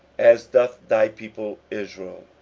as doth thy people israel,